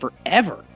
forever